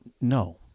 No